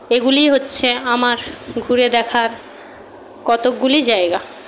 এগুলিই হচ্ছে আমার ঘুরে দেখার কতকগুলি জায়গা